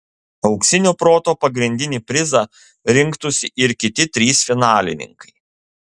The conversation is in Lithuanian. auksinio proto pagrindinį prizą rinktųsi ir kiti trys finalininkai